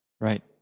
Right